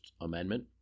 amendment